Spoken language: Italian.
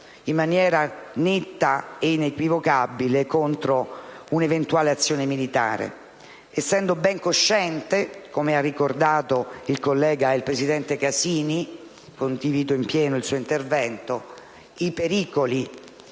in maniera netta e inequivocabile contro un'eventuale azione militare, essendo ben cosciente - come ha ricordato il presidente Casini, di cui condivido in pieno l'intervento - dei pericoli